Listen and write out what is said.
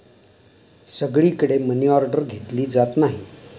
सगळीकडे मनीऑर्डर घेतली जात नाही